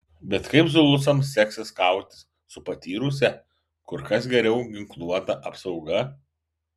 bet kaip zulusams seksis kautis su patyrusia kur kas geriau ginkluota apsauga